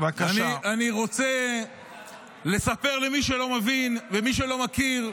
שר המורשת עמיחי אליהו: אני רוצה לספר למי שלא מבין ומי שלא מכיר: